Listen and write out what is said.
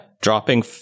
Dropping